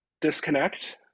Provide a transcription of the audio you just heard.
disconnect